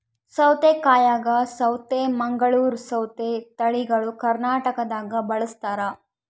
ಸೌತೆಕಾಯಾಗ ಸೌತೆ ಮಂಗಳೂರ್ ಸೌತೆ ತಳಿಗಳು ಕರ್ನಾಟಕದಾಗ ಬಳಸ್ತಾರ